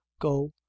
go